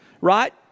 Right